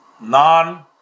non-